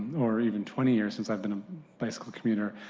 or even twenty years since i've been a bicycle commuter.